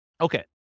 Okay